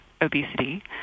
obesity